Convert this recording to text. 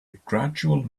gradual